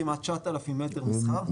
כמעט 9000 מטר מסחר.